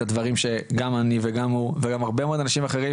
הדברים שגם אני וגם הוא וגם הרבה מאוד אנשים אחרים